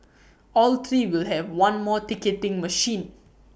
all three will have one more ticketing machine